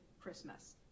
Christmas